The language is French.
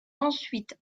ensuite